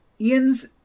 Ian's